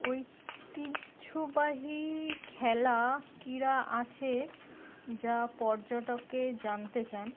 ঐতিহ্যবাহী খেলা ক্রীড়া আছে যা পর্যটকেকে জানতে চান